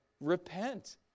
Repent